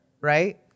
right